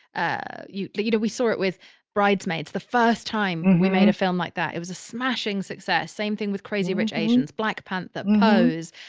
ah you know, we saw it with bridesmaids the first time when we made a film like that, it was a smashing success. same thing with crazy rich asians, black panther, pose.